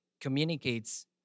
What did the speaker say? communicates